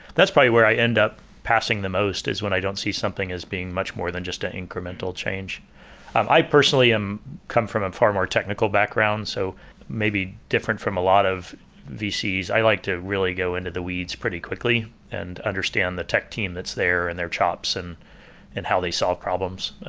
that's probably where i end up passing the most is when i don't see something as being much more than just an incremental change i personally um come from a far more technical background, so maybe different from a lot of vcs. i like to really go into the weeds pretty quickly and understand the tech team that's there and their chops and and how they solve problems.